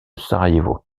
sarajevo